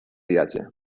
viatge